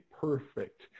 perfect